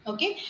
Okay